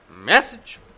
Message